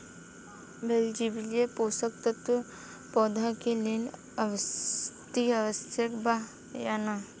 Molybdenum पोषक तत्व पौधा के लेल अतिआवश्यक बा या न?